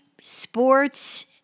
sports